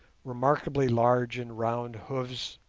remarkably large and round hoofs,